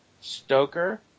Stoker